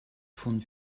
von